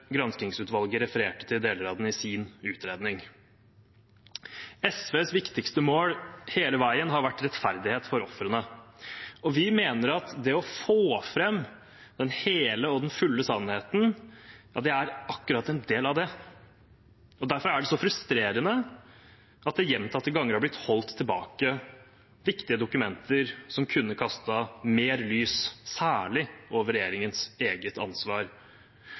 granskingsutvalget refererte til deler av den i sin utredning. SVs viktigste mål hele veien har vært rettferdighet for ofrene. Vi mener at det å få fram den hele og fulle sannheten er akkurat en del av det. Derfor er det så frustrerende at det gjentatte ganger har blitt holdt tilbake viktige dokumenter som kunne kastet mer lys særlig over regjeringens eget ansvar.